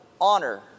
honor